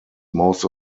most